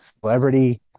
celebrity